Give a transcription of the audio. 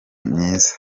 myiza